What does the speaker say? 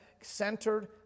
centered